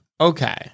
Okay